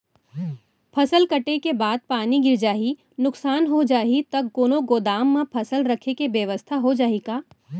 फसल कटे के बाद पानी गिर जाही, नुकसान हो जाही त कोनो गोदाम म फसल रखे के बेवस्था हो जाही का?